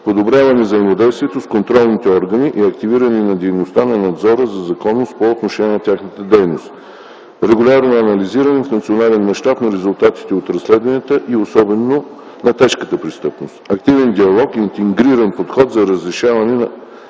подобряване взаимодействието с контролните органи и активиране на дейността на надзора за законност по отношение на тяхната дейност; - регулярно анализиране в национален мащаб на резултатите от разследванията и особено на тежката престъпност; - активен диалог и интегриран подход за разрешаване на